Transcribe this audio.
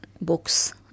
books